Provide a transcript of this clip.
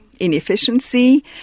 inefficiency